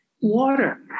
Water